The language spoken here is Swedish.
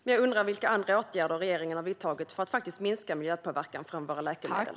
Men jag undrar vilka andra åtgärder regeringen har vidtagit för att minska miljöpåverkan från våra läkemedel.